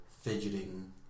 fidgeting